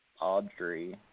Audrey